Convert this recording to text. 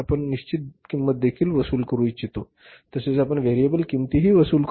आपण निश्चित किंमत देखील वसूल करू इच्छितो तसेच आपण व्हेरिएबल किंमतही वसूल करू इच्छितो